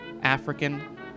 African